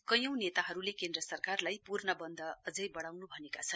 कैयौं नेताहरूले केन्द्र सरकारलाई पूर्णबन्द अझै बढ़ाउनु भनेका छन्